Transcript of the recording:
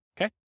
Okay